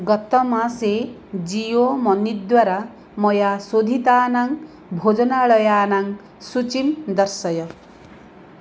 गतमासे जीयो मनी द्वारा मया शोधितानां भोजनालयानां सूचीं दर्शय